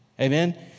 Amen